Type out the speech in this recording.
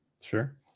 sure